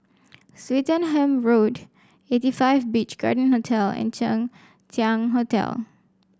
Swettenham Road Eighty Five Beach Garden Hotel and Chang Ziang Hotel